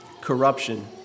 corruption